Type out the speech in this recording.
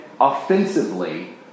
offensively